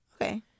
Okay